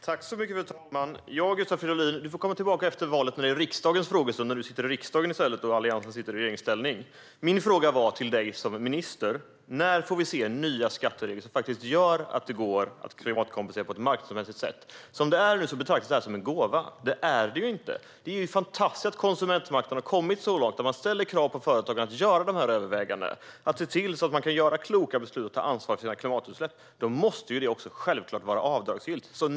Fru talman! Ja, Gustav Fridolin, du får komma tillbaka efter valet till riksdagens frågestund, när du sitter i riksdagen och Alliansen sitter i regeringsställning. Min fråga till dig som minister var: När får vi se nya skatteregler som faktiskt gör att det går att klimatkompensera på ett marknadsmässigt sätt? Som det är nu betraktas detta som en gåva. Det är det inte. Det är fantastiskt att konsumentmakten har kommit så långt att man ställer krav på företagen att göra dessa överväganden, fatta kloka beslut och ta ansvar för sina klimatutsläpp. Då måste det självklart vara avdragsgillt.